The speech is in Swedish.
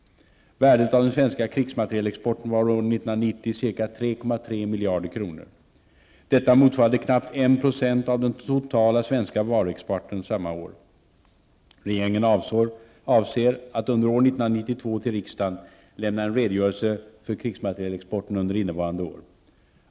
Värdet av den svenska krigsmaterielexporten var år 1990 Regeringen avser att under våren 1992 till riksdagen lämna en redogörelse för krigsmaterielexporten under innevarande år.